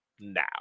now